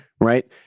right